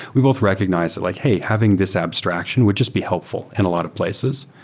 we both recognized that like, hey, having this abstraction would just be helpful in a lot of places.